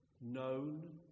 Known